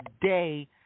day